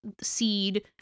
seed